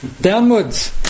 downwards